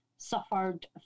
suffered